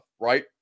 right